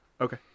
Okay